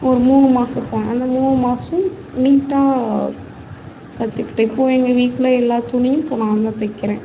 ஒரு மூணு மாதம் போனேன் அந்த மூணு மாதம் நீட்டாக கற்றுக்கிட்டேன் இப்போது எங்கள் வீட்டில் எல்லா துணியும் இப்போது நான் தான் தைக்கிறேன்